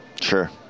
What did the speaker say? Sure